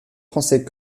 français